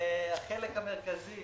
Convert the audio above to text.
החלק המרכזי